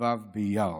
כ"ו באייר.